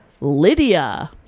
Lydia